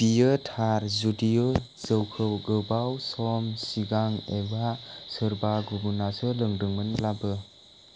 बियो थार जुदिअ जौखौ गोबाव सम सिगां एबा सोरबा गुबुनासो लोंदोंमोनब्लाबो